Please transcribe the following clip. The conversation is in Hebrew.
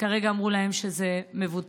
כרגע אמרו להם שזה מבוטל.